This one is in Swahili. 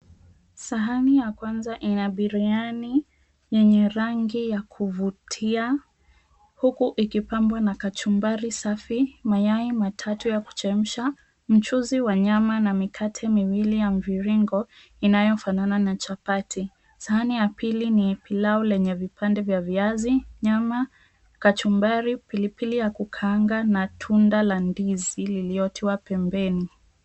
Sahani ya kwanza ina biriani yenye rangi ya kuvutia huku ikipambwa na kachumbari safi, mayai matatu ya kuchemsha, mchuzi wa nyama na mikate miwili ya mviringo inayofanana na chapati, sahani ya pili ni pilau lenye vipande vya viazi, nyama, kachumbari, pilipili ya kukaanga na tunda la ndizi lililotiwa pembeni.